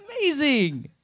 Amazing